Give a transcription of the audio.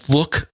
Look